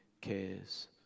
cares